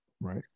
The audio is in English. Right